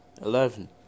eleven